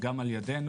גם על ידינו,